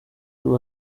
kuri